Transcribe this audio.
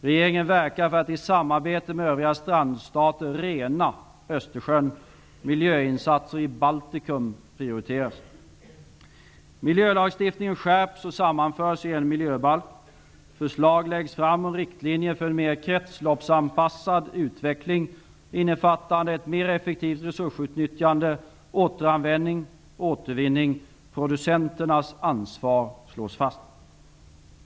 Regeringen verkar för att i samarbete med övriga strandstater rena Östersjön. Miljöinsatser i Baltikum prioriteras. Miljölagstiftningen skärps och sammanförs i en miljöbalk. Förslag kommer att föreläggas riksdagen om riktlinjer för en mer kretsloppsanpassad utveckling innefattande ett mer effektivt resursutnyttjande, återanvändning och återvinning. Producenternas ansvar slås fast.